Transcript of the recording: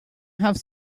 have